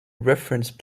reference